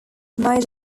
made